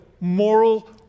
Moral